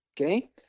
okay